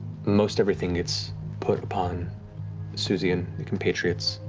most everything gets put upon suzie and her compatriots,